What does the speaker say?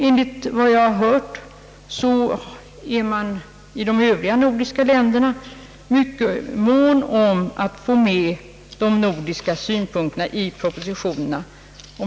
Enligt vad jag hört är man i de övriga nordiska länderna mycket mån om att få med de nordiska synpunkterna i propositionerna.